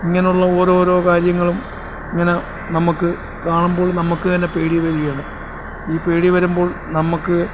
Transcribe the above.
ഇങ്ങനെ ഉള്ള ഓരോരോ കാര്യങ്ങളും ഇങ്ങനെ നമുക്ക് കാണുമ്പോൾ നമുക്ക് തന്നെ പേടി വരികയാണ് ഈ പേടി വരുമ്പോൾ നമുക്ക്